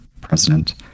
President